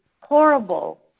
horrible